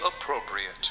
appropriate